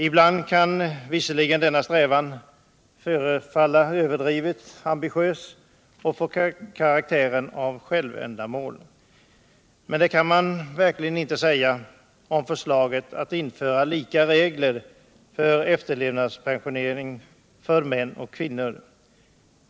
Ibland kan visserligen denna strävan förefalla överdrivet ambitiös och få karaktären av självändamål. Men det kan man verkligen inte säga om förslaget att införa lika regler för efterlevandepensionering för män och kvinnor.